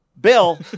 Bill